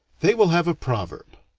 they will have a proverb,